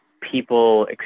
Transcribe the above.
people